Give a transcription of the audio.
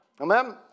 Amen